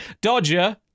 Dodger